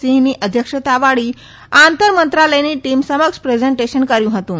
સિંઘની અધ્યક્ષતાવાળી આંતર મંત્રાલયની ટીમ સમક્ષ પ્રેઝન્ટેશન કર્યુ હતું